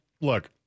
Look